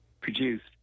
produced